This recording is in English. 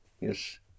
yes